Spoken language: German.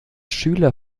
schüler